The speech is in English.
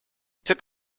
took